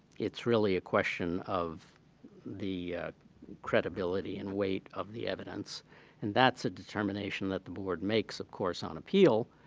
it's really a question of the credibility and weight of the evidence and that's a determination that the board makes, of course, on appeal.